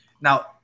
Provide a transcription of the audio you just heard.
Now